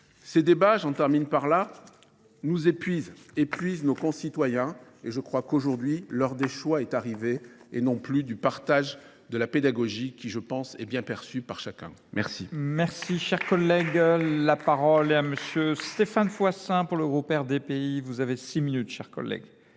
Ces débats, j'en termine par là, nous épuisent, épuisent nos concitoyens et je crois qu'aujourd'hui, l'heure des choix est arrivée et non plus du partage de la pédagogie qui, je pense, est bien perçue par chacun. Merci. Merci, cher collègue. La parole est à monsieur Stéphane Foissin pour le Groupe RDPI. Vous avez six minutes, cher collègue.